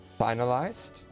finalized